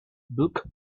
book